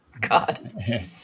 God